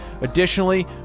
Additionally